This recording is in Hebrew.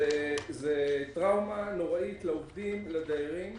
זו טראומה נוראית לעובדים, לדיירים.